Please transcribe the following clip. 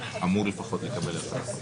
אנו חשבנו שבית משפט יכול להאריך את זה,